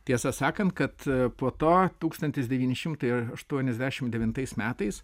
tiesą sakant kad po to tūkstantis devyni šimtai aštuoniasdešim devintais metais